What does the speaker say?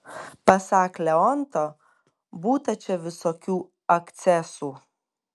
pasak leonto būta čia visokių akcesų